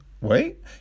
wait